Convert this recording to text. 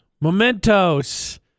Mementos